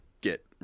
get